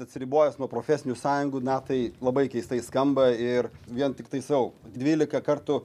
atsiribojęs nuo profesinių sąjungų na tai labai keistai skamba ir vien tik taisau dvylika kartų